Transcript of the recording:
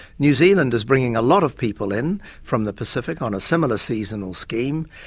new zealand is bringing a lot of people in from the pacific on a similar seasonal scheme.